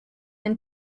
and